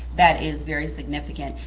that is very significant.